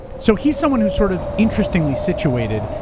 so he's someone who's sort of interestingly situated.